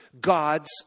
God's